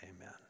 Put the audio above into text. Amen